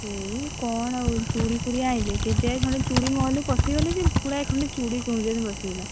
ସେଇ କ'ଣ ଆଉ ଚୁଡ଼ିଫୁଡ଼ି ଆଣିଲେ କେଯାଏ ଖଣ୍ଡେ ଚୁଡ଼ି ମହଲରେ ପଶିଗଲେ ଯେ ପୁଳାଏ ଖଣ୍ଡେ ଚୁଡ଼ି କିଣୁଛନ୍ତି ବସିକିନା